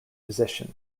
musician